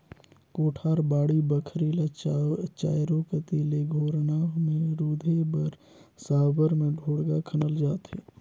कोठार, बाड़ी बखरी ल चाएरो कती ले घोरना मे रूधे बर साबर मे ढोड़गा खनल जाथे